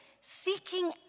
seeking